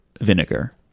vinegar